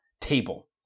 table